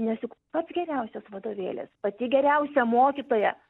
nes juk pats geriausias vadovėlis pati geriausia mokytoja